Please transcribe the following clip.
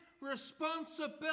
responsibility